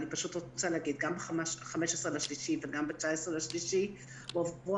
גם ב-15 במרץ וגם ב-19 במרץ הועברו